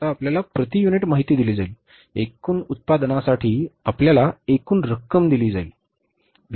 आता आपल्याला प्रति युनिट माहिती दिली जाईल एकूण उत्पादनासाठी आपल्याला एकूण रक्कम दिली जाईल